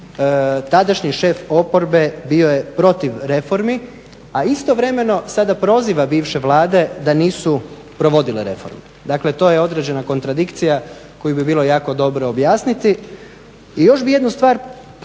tadašnji šef oporbe bio je protiv reformi a istovremeno sada proziva bivše Vlade da nisu provodile reformu. Dakle, to je određena kontradikcija koju bi bilo jako dobro objasniti. I još bih jednu stvar podsjetio